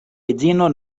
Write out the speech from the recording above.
edzino